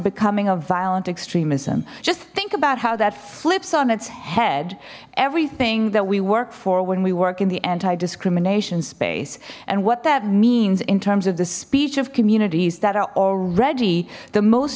becoming a violent extremism just think about how that flips on its head everything that we work for when we work in the anti discrimination space and what that means in terms of the speech of communities that are already the most